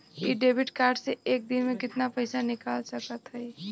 इ debit card से एक दिन मे कितना पैसा निकाल सकत हई?